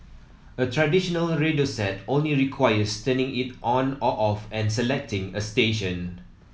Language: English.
a traditional radio set only requires turning it on or off and selecting a station